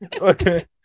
Okay